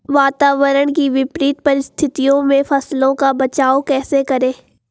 वातावरण की विपरीत परिस्थितियों में फसलों का बचाव कैसे करें?